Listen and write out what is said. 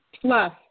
Plus